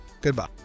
Goodbye